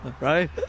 Right